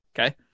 Okay